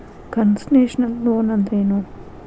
Concessional loan ಅಂದ್ರೇನು?